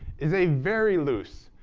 is a very loose,